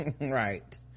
right